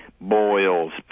boils